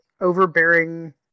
overbearing